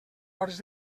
hores